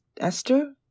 Esther